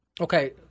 Okay